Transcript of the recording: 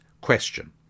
question